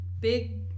big